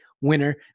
winner